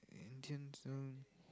Indian song